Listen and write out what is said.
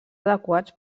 adequats